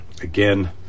again